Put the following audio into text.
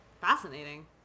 Fascinating